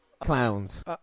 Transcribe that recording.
Clowns